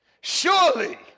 Surely